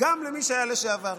גם למי שהיה לשעבר,